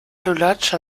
lulatsch